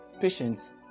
patients